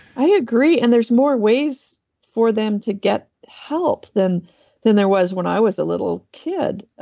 i agree. and there's more ways for them to get help than than there was when i was a little kid.